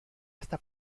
hasta